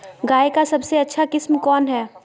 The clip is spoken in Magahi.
गाय का सबसे अच्छा किस्म कौन हैं?